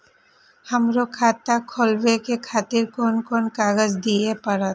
हमरो खाता खोलाबे के खातिर कोन कोन कागज दीये परतें?